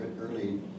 early